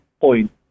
point